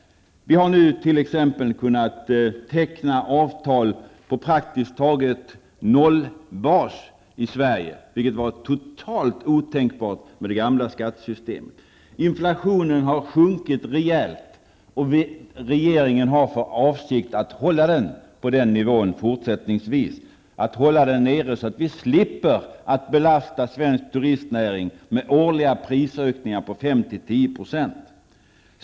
Det har nu varit möjligt att teckna avtal på praktiskt taget nollbasnivå i Sverige, vilket var totalt otänkbart med det gamla skattesystemet. Inflationen har sjunkit rejält, och regeringen har för avsikt att hålla den på den nivån även i fortsättningen. Den skall hållas nere så att svensk turistnäring inte skall behöva belastas med årliga prisökningar på 5--10 %.